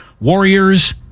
Warriors